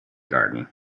garden